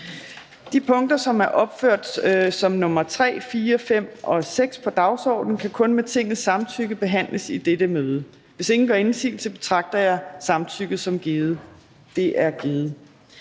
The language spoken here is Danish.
De punkter, som er opført som nr. 3, 4, 5 og 6 på dagsordenen, kan kun med Tingets samtykke behandles i dette møde. Hvis ingen gør indsigelse, betragter jeg samtykket som givet. Det er givet.